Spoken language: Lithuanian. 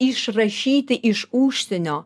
išrašyti iš užsienio